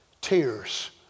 tears